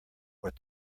what